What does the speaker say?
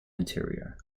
interior